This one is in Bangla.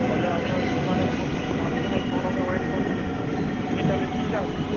তাহলে আমি ওই দোকানে পৌঁছে স্যামসাংয়ের শোরুমে ওয়েট করব তুমি তাহলে কীসে আসবে